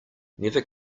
never